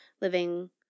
living –